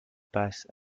passe